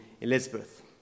Elizabeth